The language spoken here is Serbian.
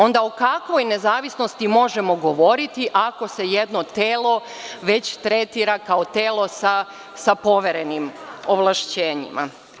Onda, o kakvoj nezavisnosti možemo govoriti ako se jedno telo već tretira kao telo sa poverenim ovlašćenjima?